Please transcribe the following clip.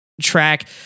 track